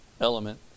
Element